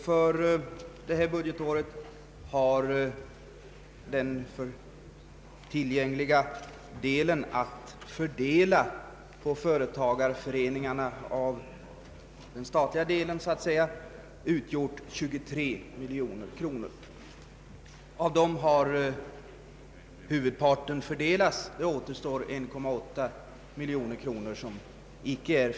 För detta budgetår har den för fördelning på företagarföreningarna tillgängliga summan utgjort 23 miljoner kronor. Härav har allt fördelats, utom 1,8 miljoner kronor.